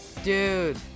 dude